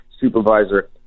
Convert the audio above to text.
Supervisor